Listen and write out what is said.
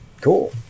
Cool